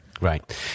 Right